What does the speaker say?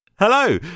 Hello